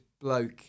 bloke